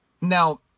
Now